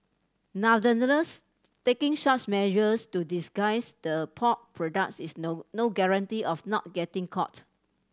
nonetheless taking such measures to disguise the pork products is no no guarantee of not getting caught